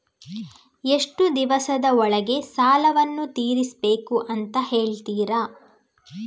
ಎಷ್ಟು ದಿವಸದ ಒಳಗೆ ಸಾಲವನ್ನು ತೀರಿಸ್ಬೇಕು ಅಂತ ಹೇಳ್ತಿರಾ?